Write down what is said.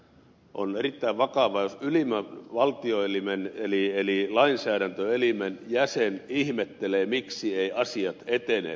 on erittäin vakavaa jos ylimmän valtioelimen eli lainsäädäntöelimen jäsen ihmettelee miksi eivät asiat etene valiokunnissa